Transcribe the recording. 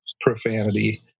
profanity